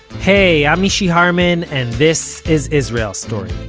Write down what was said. hey i'm mishy harman and this is israel story.